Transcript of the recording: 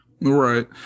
Right